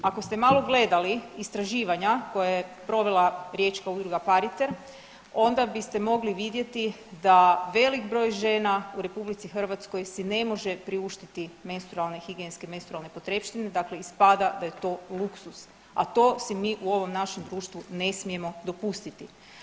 Ako ste malo gledali istraživanja koja je provela Riječka udruga PaRiter onda biste mogli vidjeti da velik broj žena u RH si ne može priuštiti higijenske menstrualne potrepštine dakle ispada da je to luksuz, a to si mi u ovom našem društvu ne smijemo dopustiti.